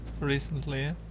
recently